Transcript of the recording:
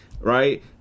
right